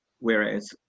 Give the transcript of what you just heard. whereas